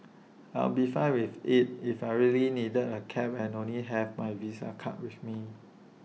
I'll be fine with IT if I really needed A cab and only have my visa card with me